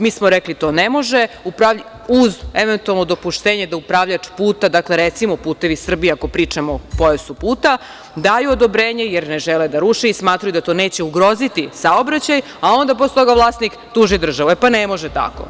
Mi smo rekli da to ne može, uz eventualno, dopuštenje da upravljač puta, dakle, recimo „Putevi Srbije“, ako pričamo o pojasu puta, daju odobrenje, jer ne žele da ruše i smatraju da to neće ugroziti saobraćaj, a onda posle toga vlasnik tuži državu, E, pa ne može tako.